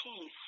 peace